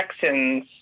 Texans